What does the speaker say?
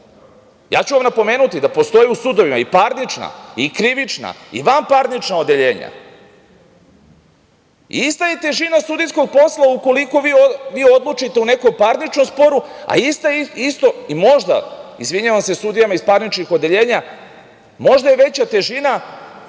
ću vam napomenuti da postoje u sudovima i parnična i krivična i vanparnična odeljenja i ista je težina sudijskog posla ukoliko vi odlučite u nekom parničnom sporu a možda je veća težina, izvinjavam se sudijama iz parničnih odeljenja, ukoliko neki sudija